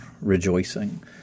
rejoicing